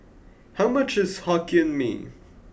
how much is Hokkien Mee